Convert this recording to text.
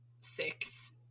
six